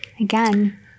again